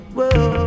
Whoa